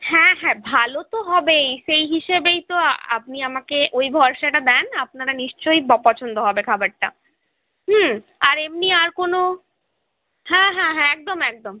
হ্যাঁ হ্যাঁ ভালো তো হবেই সেই হিসাবেই তো আপনি আমাকে ওই ভরসাটা দেন আপনারা নিশ্চয়ই পছন্দ হবে খাবারটা হুম আর এমনি আর কোনো হ্যাঁ হ্যাঁ হ্যাঁ একদম একদম